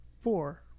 Four